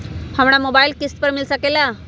हमरा मोबाइल किस्त पर मिल सकेला?